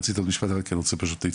כן, בבקשה.